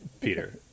Peter